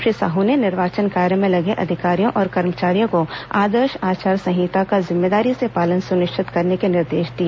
श्री साहू ने निर्वाचन कार्य में लगे अधिकारियों और कर्मचारियों को आदर्श आचार संहिता का जिम्मेदारी से पालन सुनिश्चित करने के निर्देश दिए